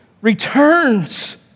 returns